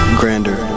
grander